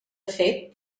fet